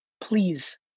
Please